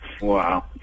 Wow